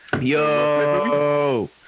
Yo